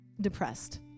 depressed